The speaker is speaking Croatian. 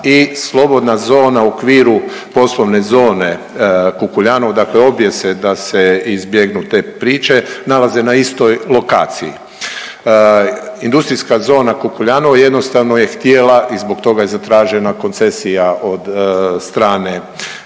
i slobodna zona u okviru poslovne zone Kukuljanovo, dakle obje se da se izbjegnu te priče nalaze na istoj lokaciji. Industrijska zona Kukuljanovo jednostavno je htjela i zbog toga je zatražena koncesija od strane